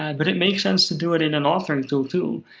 and but it makes sense to do it in an authoring tool, too.